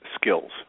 skills